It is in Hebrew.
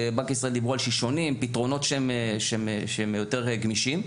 בבנק ישראל דיברו על "שישונים" - פתרונות שהם יותר גמישים,